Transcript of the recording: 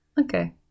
Okay